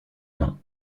main